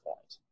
point